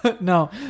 No